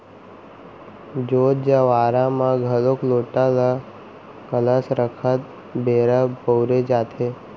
जोत जँवारा म घलोक लोटा ल कलस रखत बेरा बउरे जाथे